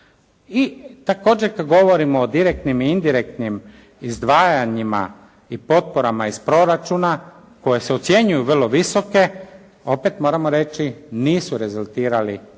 I također kad govorimo o direktnim i indirektnim izdvajanjima i potporama iz proračuna koje se ocjenjuje vrlo visoke, opet moramo reći, nisu rezultirali kvalitetnim